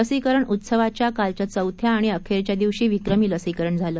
लसीकरण उत्सवाच्या कालच्या चौथ्या आणि अखेरच्या दिवशी विक्रमी लसीकरण झालं